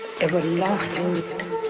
everlasting